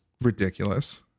ridiculous